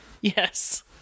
Yes